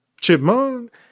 Chipmunk